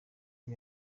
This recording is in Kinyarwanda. iba